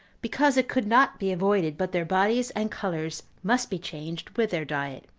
because it could not be avoided but their bodies and colors must be changed with their diet,